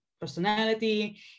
personality